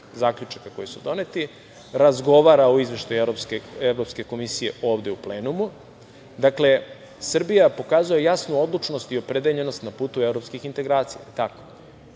zaključaka koji su doneti, razgovara o izveštaju Evropske komisije ovde u plenumu. Dakle, Srbija pokazuje jasnu odlučnost i opredeljenost na putu evropskih integracija.